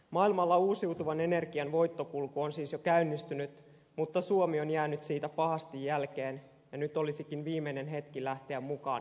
maailmalla uusiutuvan energian voittokulku on siis jo käynnistynyt mutta suomi on jäänyt siitä pahasti jälkeen ja nyt olisikin viimeinen hetki lähteä mukaan kehitykseen